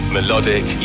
Melodic